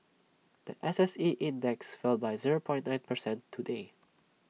The S S E index fell by zero nine percent today